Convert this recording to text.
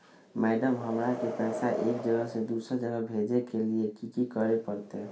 Madam, हमरा के पैसा एक जगह से दुसर जगह भेजे के लिए की की करे परते?